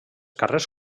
carrers